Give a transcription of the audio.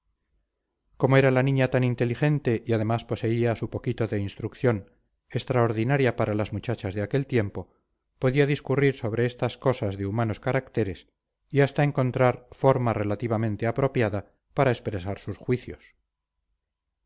como era la niña tan inteligente y además poseía su poquito de instrucción extraordinaria para las muchachas de aquel tiempo podía discurrir sobre estas cosas de humanos caracteres y hasta encontrar forma relativamente apropiada para expresar sus juicios